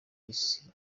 y’isi